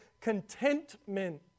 contentment